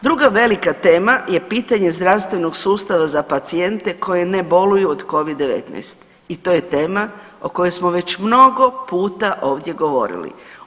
Druga velika tema je pitanje zdravstvenog sustava za pacijente koji ne boluju od covid-19 i to je tema o kojoj smo već mnogo puta ovdje govorili.